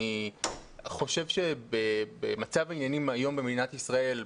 אני חושב שבמצב העניינים היום במדינת ישראל,